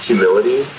humility